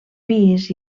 pis